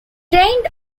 rained